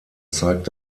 zeigt